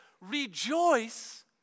Rejoice